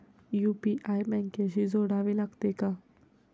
UPI बँकेशी जोडावे लागते का?